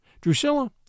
Drusilla